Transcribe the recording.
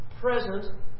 present